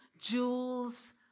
jewels